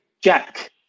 Jack